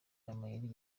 amayeri